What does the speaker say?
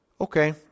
Okay